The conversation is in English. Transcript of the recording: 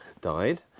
died